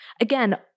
Again